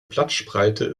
blattspreite